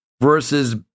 versus